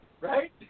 right